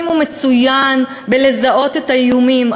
הוא מצוין בזיהוי האיומים,